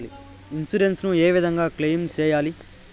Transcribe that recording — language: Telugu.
ఇన్సూరెన్సు ఏ విధంగా క్లెయిమ్ సేయాలి?